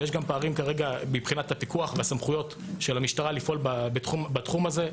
ויש גם פערים כרגע מבחינת הפיקוח והסמכויות של המשטרה לפעול בתחום הזה.